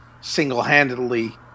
single-handedly